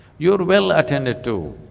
you are well attended to.